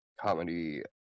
comedy